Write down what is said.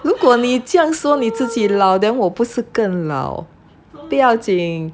如果你这样说你自己老 then 我不是更老不要紧